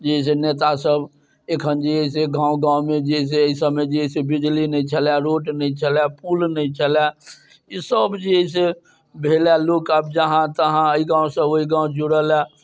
जे है से नेता सब अखन जे है से गाँव गाँवमे जे है से एहि सबमे जे है से बिजली नहि छलै रोड नहि छलै पुल नहि छलै ई सब जे एहि से भेल हँ लोक आब जहाँ तहाँ एहि गाँवसँ ओहि गाँव जुड़ल